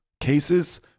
cases